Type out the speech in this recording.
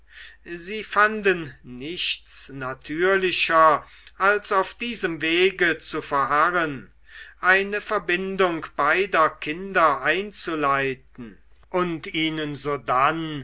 sie fanden nichts natürlicher als auf diesem wege zu verharren eine verbindung beider kinder einzuleiten und ihnen sodann